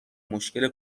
مشکل